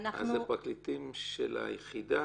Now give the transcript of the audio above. אלה פרקליטים של היחידה?